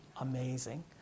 Amazing